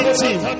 team